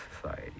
society